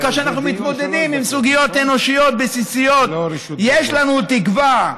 כאשר אנחנו מתמודדים עם סוגיות אנושיות בסיסיות יש לנו תקווה.